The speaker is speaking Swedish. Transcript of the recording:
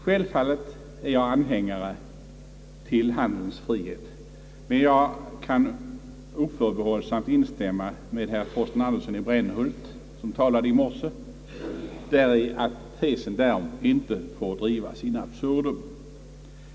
Självfallet är jag anhängare till handelns frihet, men jag kan oförbehållsamt instämma med herr Torsten Andersson i Brämhult däri, att tesen därom inte får drivas in absurdum.